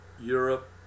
Europe